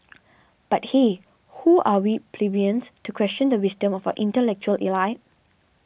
but hey who are we plebeians to question the wisdom of our intellectual elite